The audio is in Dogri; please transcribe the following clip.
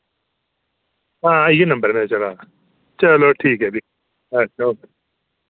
हां इय्यो नंबर ऐ मेरा चला दा चलो ठीक ऐ फ्ही अच्छा ओके